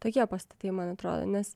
tokie pastatai man atrodo nes